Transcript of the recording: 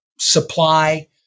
supply